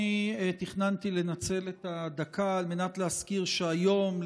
אני תכננתי לנצל את הדקה על מנת להזכיר שהיום,